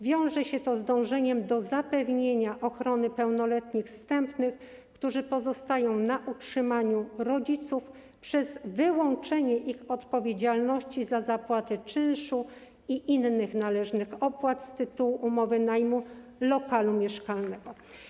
Wiąże się to z dążeniem do zapewnienia ochrony pełnoletnich zstępnych, którzy pozostają na utrzymaniu rodziców, przez wyłączenie ich odpowiedzialności za zapłatę czynszu i innych należnych opłat z tytułu umowy najmu lokalu mieszkalnego.